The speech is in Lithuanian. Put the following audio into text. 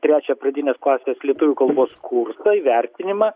trečią pradinės klasės lietuvių kalbos kurso įvertinimą